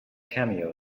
cameo